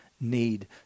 need